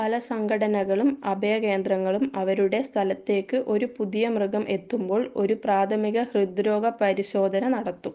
പല സംഘടനകളും അഭയകേന്ദ്രങ്ങളും അവരുടെ സ്ഥലത്തേക്ക് ഒരു പുതിയ മൃഗം എത്തുമ്പോൾ ഒരു പ്രാഥമിക ഹൃദ്രോഗ പരിശോധന നടത്തും